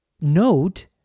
note